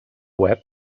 web